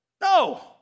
No